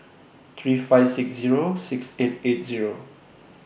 three five six Zero six eight eight Zero